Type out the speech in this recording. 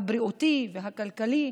הבריאותי והכלכלי.